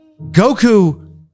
Goku